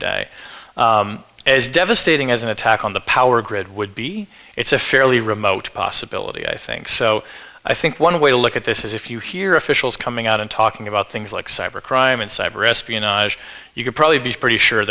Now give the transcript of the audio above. day as devastating as an attack on the power grid would be it's a fairly remote possibility i think so i think one way to look at this is if you hear officials coming out and talking about things like cyber crime and cyber espionage you could probably be pretty sure